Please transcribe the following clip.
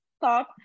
thought